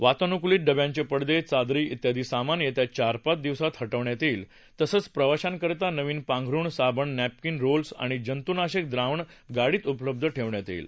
वातानुकूलित डब्यांचे पडदे चादरी त्यादी सामान येत्या चार पाच दिवसात हटवण्यात येईल तसंच प्रवाशांकरता नवीन पांधरुण साबण नॅपकिन रोल्स आणि जंतूनाशक द्रावण गाडीत उपलब्ध ठेवण्यात येईल